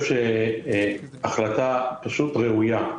החלטה פשוט ראויה.